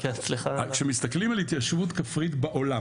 אז כשמסתכלים על התיישבות כפרית בעולם,